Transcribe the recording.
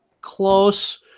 close